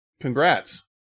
Congrats